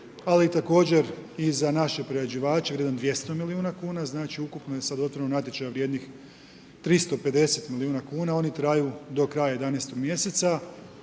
ali također i za naše prerađivače vrijedan 200 milijuna kuna a znači ukupno je sad otvoreno natječaja vrijednih 350 milijuna kuna, oni traju do kraja 11. mjeseca.